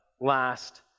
last